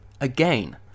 Again